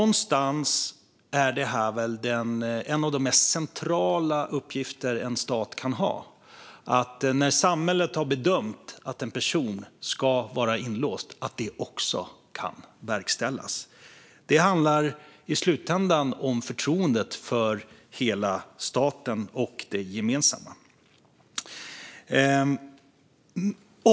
Om samhället bedömer att en person ska vara inlåst är det en central uppgift för staten att verkställa detta. Det handlar i slutändan om förtroendet för hela staten och det gemensamma.